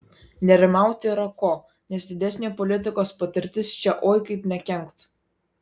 nerimauti yra ko nes didesnė politikos patirtis čia oi kaip nekenktų